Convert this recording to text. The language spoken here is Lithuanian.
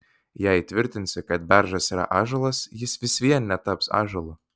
jei tvirtinsi kad beržas yra ąžuolas jis vis vien netaps ąžuolu